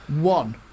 one